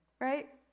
right